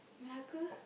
Melaka